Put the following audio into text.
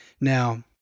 Now